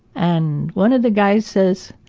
and one of the guys says,